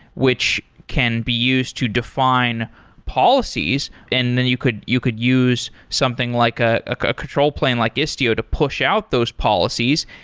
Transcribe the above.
which can be used to define policies and then you could you could use something like a ah control plain like istio to push out those policies,